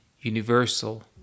universal